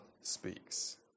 speaks